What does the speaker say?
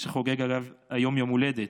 שחוגג היום יום הולדת,